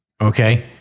Okay